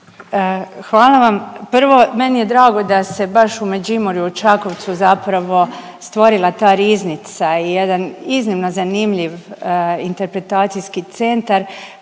Hvala vam. Prvo meni je drago da se baš u Međimurju u Čakovcu zapravo stvorila ta riznica i jedan iznimno zanimljiv interpretacijski centar